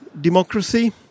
democracy